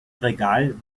regal